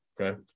Okay